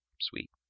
sweet